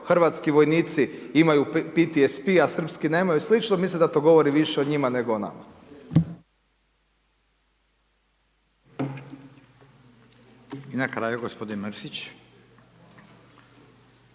hrvatski vojnici imaju PTSP a srpski nemaju i slično, mislim da to govori više o njima, nego o nama. **Radin, Furio